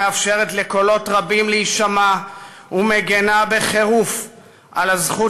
המאפשרת לקולות רבים להישמע ומגינה בחירוף נפש על הזכות